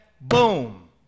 boom